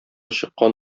чыккан